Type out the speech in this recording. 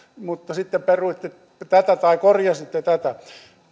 mutta sitten peruitte tai korjasitte tätä